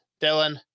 Dylan